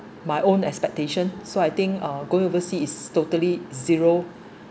my own expectation so I think uh going oversea is totally zero